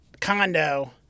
condo